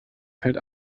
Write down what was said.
fällt